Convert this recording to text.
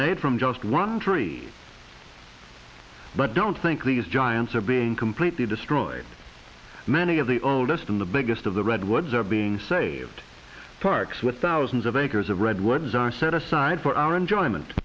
made from just one tree but don't think these giants are being completely destroyed many of the oldest in the biggest of the redwoods are being saved parks with thousands of acres of redwoods are set aside for our enjoyment